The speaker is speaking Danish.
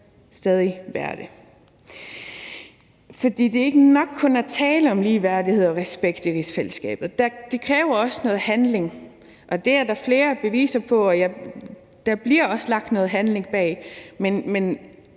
det. For det er ikke nok kun at tale om ligeværdighed og respekt i rigsfællesskabet. Det kræver også noget handling, og der er flere beviser på, at der også bliver lagt noget handling bag